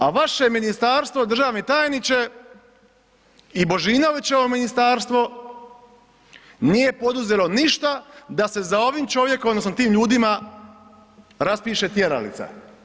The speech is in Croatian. A vaše ministarstvo državni tajniče i Božinovićevo ministarstvo nije poduzelo ništa da se za ovim čovjekom odnosno tim ljudima raspiše tjeralica.